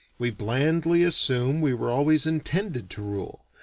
we blandly assume we were always intended to rule,